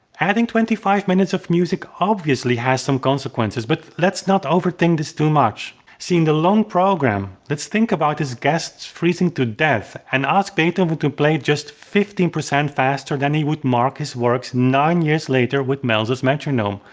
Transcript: adding twenty five minutes of music obviously has some consequences. but let's not over think this too much. seen the long program, let's think about his guests freezing to death and ask beethoven to play just fifteen percent faster than he would mark his works nine years later with maelzel's metronome.